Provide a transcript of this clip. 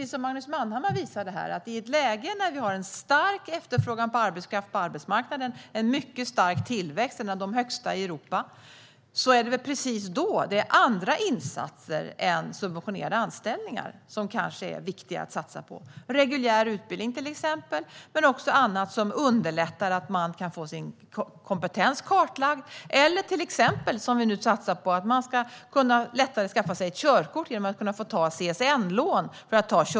Som Magnus Manhammar visade är det tvärtom precis när vi har en stark efterfrågan på arbetskraft på arbetsmarknaden och en mycket stark tillväxt - bland de högsta i Europa - som andra insatser än subventionerade anställningar kan vara viktiga att satsa på. Det kan till exempel vara reguljär utbildning men också annat som underlättar kartläggning av kompetens eller den satsning vi nu gör för att man lättare ska kunna skaffa körkort genom att få ta CSN-lån för det.